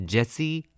Jesse